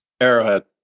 Arrowhead